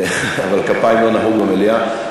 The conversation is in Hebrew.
אבל זה לא נהוג במליאה.